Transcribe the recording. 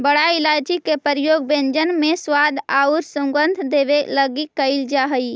बड़ा इलायची के प्रयोग व्यंजन में स्वाद औउर सुगंध देवे लगी कैइल जा हई